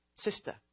sister